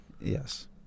Yes